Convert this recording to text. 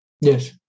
Yes